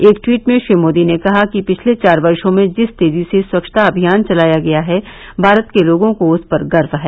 एक ट्वीट में श्री मोदी ने कहा कि पिछले चार वर्ष में जिस तेजी से स्वच्छता अभियान चलाया गया है भारत के लोगों को उस पर गर्व है